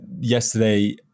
Yesterday